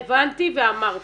הבנתי ואמרתי.